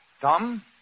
Tom